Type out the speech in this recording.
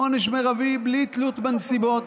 עונש מרבי בלי תלות בנסיבות.